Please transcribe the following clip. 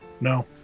No